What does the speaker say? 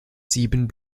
sieben